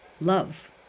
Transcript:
love